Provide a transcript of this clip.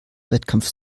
wettkampf